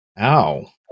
ow